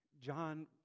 John